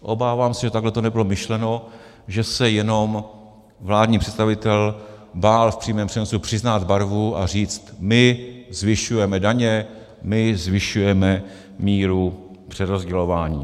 Obávám se, že takhle to nebylo myšleno, že se jenom vládní představitel bál v přímém přenosu přiznat barvu a říct: my zvyšujeme daně, my zvyšujeme míru přerozdělování...